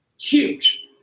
Huge